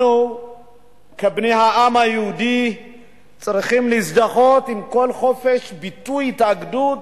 אנחנו כבני העם היהודי צריכים להזדהות עם כל חופש ביטוי והתאגדות